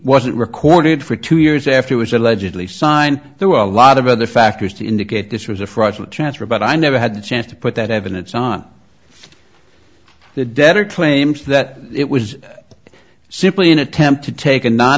wasn't recorded for two years after was allegedly signed there were a lot of other factors to indicate this was a fraudulent transfer but i never had the chance to put that evidence on the debtor claims that it was simply an attempt to take a non